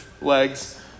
legs